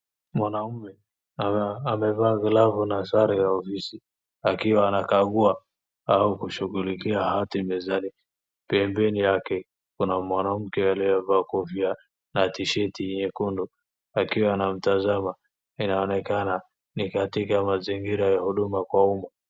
Mwanaume amevaa glavu na sare ya ofisi akiwa anakagua au kushughulikia hati mezani. Pembeni yake kuna mwanamke aliyevaa kofia na t-shirt nyekundu akiwa anamtazama, inaonekana ni katika mazingira ya huduma kwa umma.